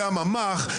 זה הממ"ח,